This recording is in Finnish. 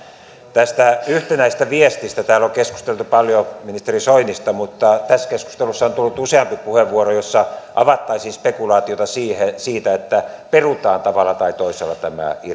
tästä yhtenäisestä viestistä täällä on keskusteltu paljon ministeri soinista mutta tässä keskustelussa on tullut useampi puheenvuoro jossa avattaisiin spekulaatiota siitä että perutaan tavalla tai toisella tämä